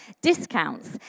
discounts